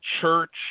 church